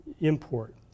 import